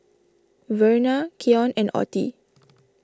Verna Keon and Ottie